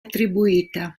attribuita